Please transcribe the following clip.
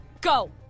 Go